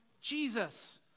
Jesus